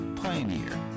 Pioneer